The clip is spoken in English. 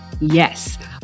Yes